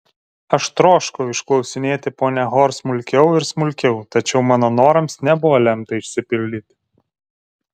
aš troškau išklausinėti ponią hor smulkiau ir smulkiau tačiau mano norams nebuvo lemta išsipildyti